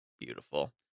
beautiful